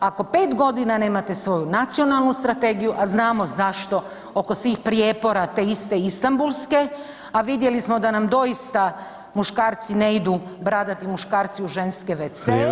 Ako pet godina nemate svoju nacionalnu strategiju, a znamo zašto oko svih prijepora te iste Istambulske, a vidjeli smo da nam doista muškarci ne idu, bradati muškarci u ženske wcee